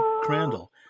Crandall